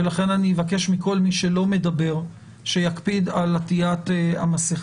ולכן אני אבקש מכל מי שלא מדבר שיקפיד על עטיית המסכה.